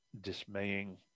dismaying